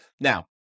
Now